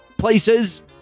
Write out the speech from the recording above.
places